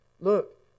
Look